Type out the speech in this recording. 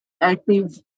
active